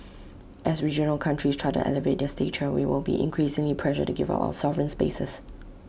as regional countries try to elevate their stature we will be increasingly pressured to give up our sovereign spaces